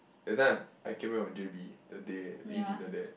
that time I came back from J_B that day we eat dinner there